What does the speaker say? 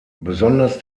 besonders